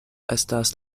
estas